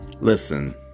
Listen